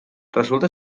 resulta